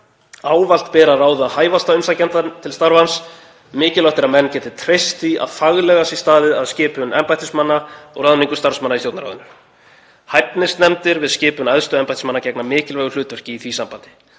Ávallt ber að ráða hæfasta umsækjandann til starfans. Mikilvægt er að menn geti treyst því að faglega sé staðið að skipun embættismanna og ráðningu starfsmanna í Stjórnarráðinu. Hæfnisnefndir við skipun æðstu embættismanna gegna mikilvægu hlutverki í því sambandi.“